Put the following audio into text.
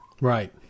Right